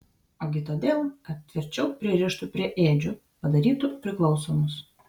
ogi todėl kad tvirčiau pririštų prie ėdžių padarytų priklausomus